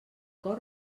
cor